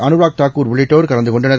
அனுராக் தாகூர் உள்ளிட்டோர் கலந்துகொண்டனர்